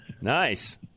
Nice